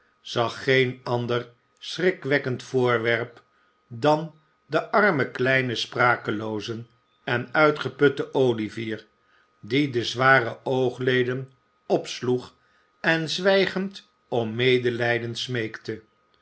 zag geen ander schrikverwekkend voorwerp dan den armen kleinen sprakeloozen en uitgeputten olivier die de zware oogleden opsloeg en zwijgend om medelijden